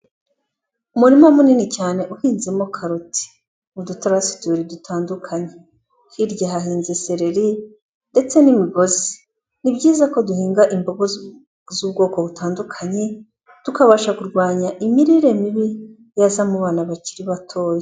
Umurima munini cyane uhinzemo karoti, mu dutarasi tubiri dutandukanye, hirya hahinze sereri ndetse n'imigozi. Ni byiza ko duhinga imbogo z'ubwoko butandukanye, tukabasha kurwanya imirire mibi yaza mu bana bakiri batoya.